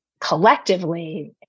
collectively